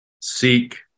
seek